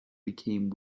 became